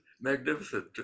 magnificent